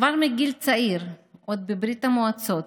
כבר מגיל צעיר, עוד בברית המועצות,